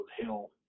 Hill